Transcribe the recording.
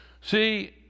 See